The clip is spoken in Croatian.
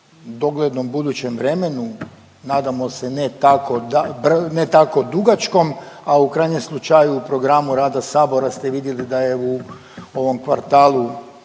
doglednom budućem vremenu, nadamo se ne tako dugačkom, a u krajnjem slučaju u programu rada sabora ste vidjeli da je u ovom kvartalu